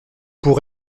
pour